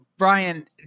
Brian